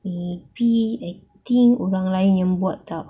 maybe I think orang lain yang buat tak